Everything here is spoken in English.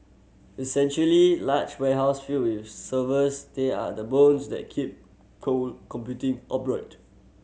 essentially large warehouse filled with servers they are the bones that keep cloud computing upright